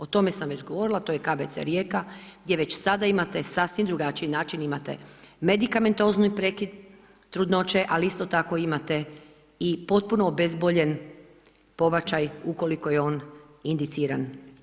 O tome sam već govorila to je KBC Rijeka gdje već sada imate sasvim drugačiji način, imate medikamentozni prekid trudnoće, ali isto tako imate i potpuno obezboljen pobačaj ukoliko je on indiciran.